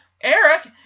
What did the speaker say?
Eric